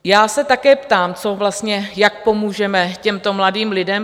Já se také ptám, co vlastně, jak pomůžeme těmto mladým lidem?